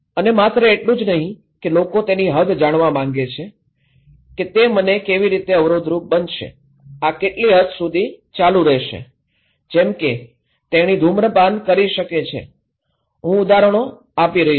અને માત્ર એટલું જ નહીં કે લોકો તેની હદ જાણવા માગે છે કે તે મને કેવી રીતે અવરોધરૂપ બનશે આ કેટલી હદ સુધી ચાલુ રહેશે જેમ કે તેણી ધૂમ્રપાન કરી શકે છે હું ઉદાહરણો આપી રહ્યો છું